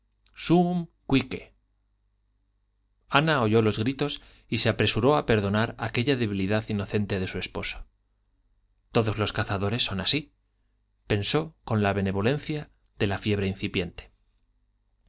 ana oyó los gritos y se apresuró a perdonar aquella debilidad inocente de su esposo todos los cazadores son así pensó con la benevolencia de la fiebre incipiente